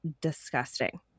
disgusting